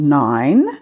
nine